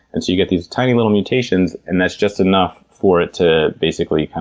and so you get these tiny little mutations and that's just enough for it to, basically,